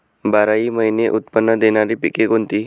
बाराही महिने उत्त्पन्न देणारी पिके कोणती?